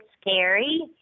scary